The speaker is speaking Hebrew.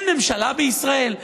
אין ממשלה בישראל?